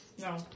No